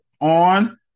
on